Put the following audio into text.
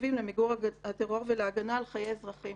אפקטיביים למיגור הטרור ולהגנה על חיי אזרחים